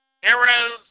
heroes